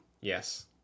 Yes